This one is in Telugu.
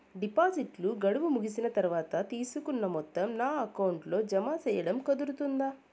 డిపాజిట్లు గడువు ముగిసిన తర్వాత, తీసుకున్న మొత్తం నా అకౌంట్ లో జామ సేయడం కుదురుతుందా?